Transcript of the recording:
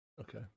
okay